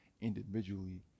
individually